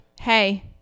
hey